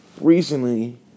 recently